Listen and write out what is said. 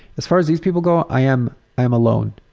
as far as these people go, i am i am alone.